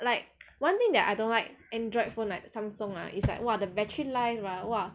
like one thing that I don't like Android phone like Samsung ah is like !wah! the battery life ah !wah!